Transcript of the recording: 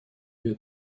две